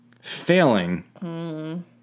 failing